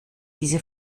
diese